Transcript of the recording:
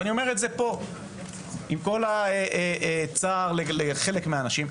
אני אומר את זה עם כל הצער לחלק מהאנשים,